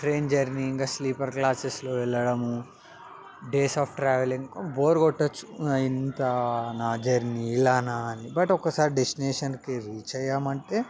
ఇంకా train journey ఇంకా sleeper క్లాసెస్లో వెళ్ళడము డేస్ ఆఫ్ ట్రావెలింగ్ బోర్ కొట్టవచ్చు ఇంకా నా జర్నీ ఇలానా బట్ ఒక్కసారి డెస్టినేషన్కి రీచ్ అయ్యామంటే